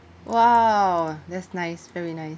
!wow! that's nice very nice